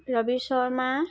Ravi Sharma